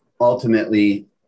ultimately